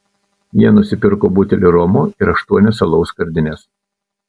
jie nusipirko butelį romo ir aštuonias alaus skardines